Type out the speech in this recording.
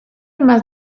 más